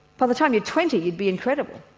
by the time you're twenty you'd be incredible,